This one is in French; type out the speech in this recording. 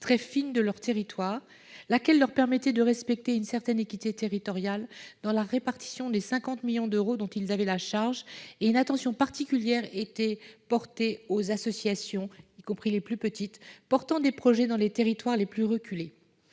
très fine de leur territoire, laquelle leur permettait de respecter une certaine équité territoriale dans la répartition des 50 millions d'euros dont ils avaient la charge et une attention particulière était accordée aux associations, y compris les plus petites, portant des projets dans les territoires les plus reculés.